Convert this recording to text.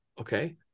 okay